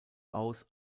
aus